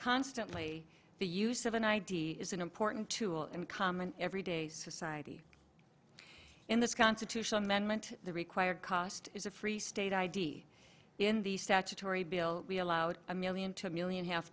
constantly the use of an id is an important tool in common every day society in this constitutional amendment the required cost is a free state id in the statutory bill we allowed a million two million